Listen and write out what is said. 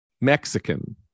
Mexican